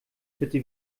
bitte